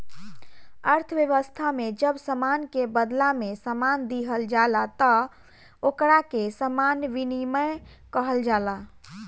अर्थव्यवस्था में जब सामान के बादला में सामान दीहल जाला तब ओकरा के सामान विनिमय कहल जाला